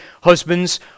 husbands